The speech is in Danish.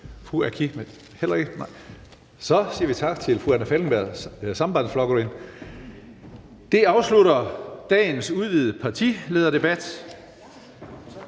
Så siger vi tak til fru Anna Falkenberg, Sambandsflokkurin. Det afslutter dagens udvidede partilederdebat,